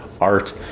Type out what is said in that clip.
art